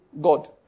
God